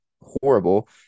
horrible